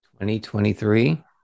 2023